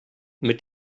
mit